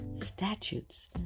statutes